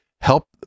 help